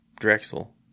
Drexel